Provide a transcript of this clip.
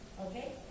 Okay